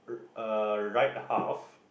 uh right half